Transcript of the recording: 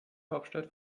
hauptstadt